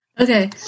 Okay